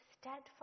steadfast